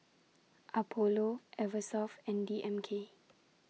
Apollo Eversoft and D M K